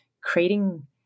creating